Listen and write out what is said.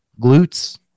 glutes